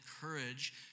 courage